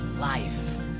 life